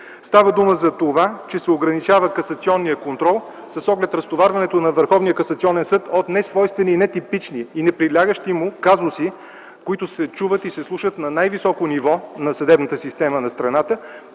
Става дума за това, че се ограничава касационният контрол с оглед разтоварването на Върховния касационен съд от несвойствени и нетипични, неприлягащи му казуси, които се чуват и се слушат на най-високо ниво на съдебната система на страната.